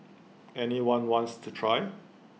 any one wants to try